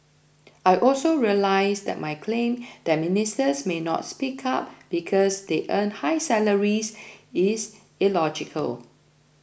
I also realise that my claim that ministers may not speak up because they earn high salaries is illogical